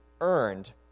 earned